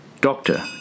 Doctor